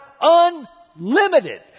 unlimited